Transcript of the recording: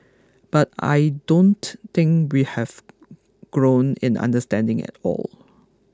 but I don't think we have grown in understanding at all